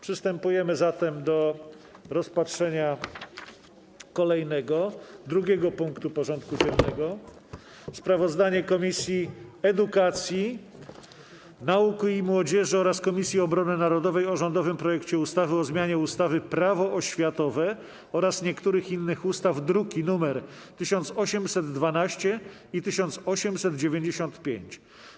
Przystępujemy do rozpatrzenia punktu 2. porządku dziennego: Sprawozdanie Komisji Edukacji, Nauki i Młodzieży oraz Komisji Obrony Narodowej o rządowym projekcie ustawy o zmianie ustawy - Prawo oświatowe oraz niektórych innych ustaw (druki nr 1812 i 1895)